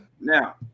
now